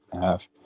half